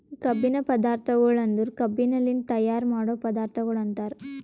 ಕಬ್ಬಿನ ಪದಾರ್ಥಗೊಳ್ ಅಂದುರ್ ಕಬ್ಬಿನಲಿಂತ್ ತೈಯಾರ್ ಮಾಡೋ ಪದಾರ್ಥಗೊಳ್ ಅಂತರ್